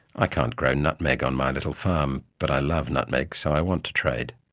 i can't grow nutmeg on my little farm, but i love nutmeg, so i want to trade.